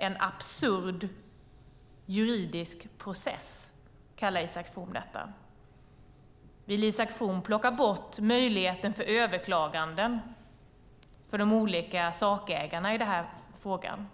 en "absurd juridisk process", som Isak From kallar det. Vill Isak From plocka bort möjligheten till överklaganden för de olika sakägarna i frågan?